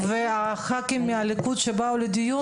חברי הליכוד שבאו לדיון,